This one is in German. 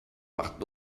macht